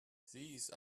these